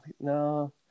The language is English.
no